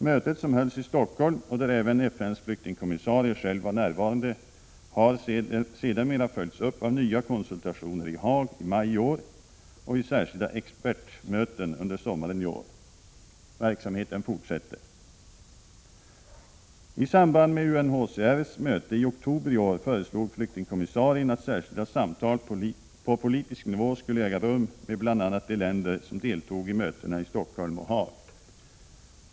Mötet, som hölls i Stockholm och där även FN:s flyktingkommissarie själv var närvarande, har sedermera följts upp av nya konsultationer i Haag i maj i år och i särskilda expertmöten under sommaren i år. Verksamheten fortsätter. I samband med UNHCR:s möte i oktober i år föreslog flyktingkommissarien att särskilda samtal på politisk nivå skulle äga rum med bl.a. de länder som deltog i mötena i Stockholm och Haag.